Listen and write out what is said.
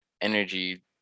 energy –